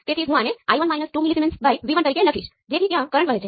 તેથી Z11 એ 1 g11 છે